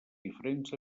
diferents